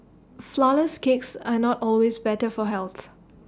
Flourless Cakes are not always better for health